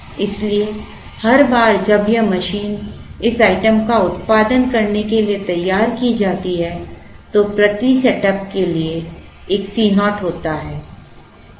इसलिए हर बार जब यह मशीन इस आइटम का उत्पादन करने के लिए तैयार की जाती है तो प्रति सेटअप के लिए एक C naught होता है